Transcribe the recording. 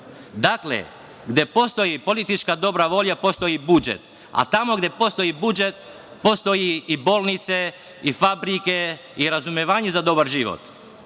gde postoji politička dobra volja, postoji i budžet, a tamo gde postoji budžet, postoje i bolnice i fabrike i razumevanje za dobar život.